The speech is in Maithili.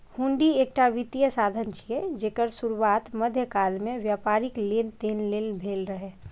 हुंडी एकटा वित्तीय साधन छियै, जेकर शुरुआत मध्यकाल मे व्यापारिक लेनदेन लेल भेल रहै